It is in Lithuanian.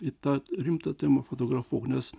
į tą rimtą temą fotografuok nes